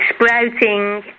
sprouting